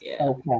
Okay